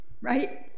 right